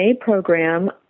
program